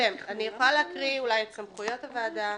אני יכולה להקריא אולי את סמכויות הוועדה.